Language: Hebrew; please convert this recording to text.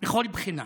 בכל בחינה.